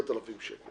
בזווית 10,000 שקל,